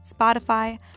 Spotify